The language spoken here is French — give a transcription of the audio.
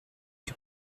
que